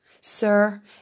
Sir